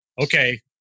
okay